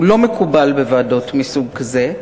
הוא לא מקובל בוועדות מסוג כזה,